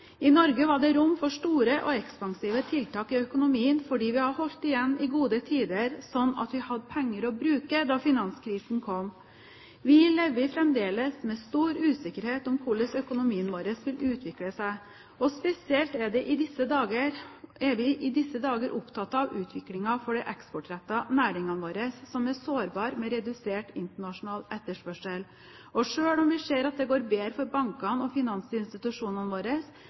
I Norge var det rom for store og ekspansive tiltak i økonomien fordi vi har holdt igjen i gode tider, slik at vi hadde penger å bruke da finanskrisen kom. Vi lever fremdeles med stor usikkerhet om hvordan økonomien vår vil utvikle seg, og spesielt er vi i disse dager opptatt av utviklingen for de eksportrettede næringene våre som er sårbare med redusert internasjonal etterspørsel. Selv om vi ser at det går bedre for bankene og finansinstitusjonene våre,